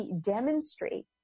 demonstrate